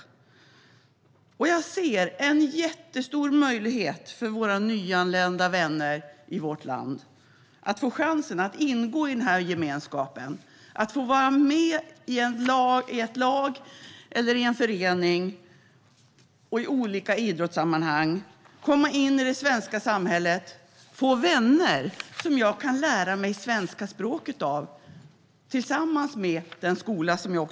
Jag ser här i vårt land en jättestor möjlighet för våra nyanlända vänner att få chansen att ingå i den här gemenskapen, att få vara med i ett lag eller i en förening och i olika idrottssammanhang, komma in i det svenska samhället och få vänner som de kan lära sig det svenska språket av, tillsammans med skolan de går i.